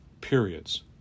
periods